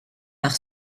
par